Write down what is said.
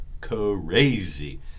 crazy